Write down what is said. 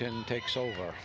to and takes over